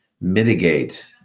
mitigate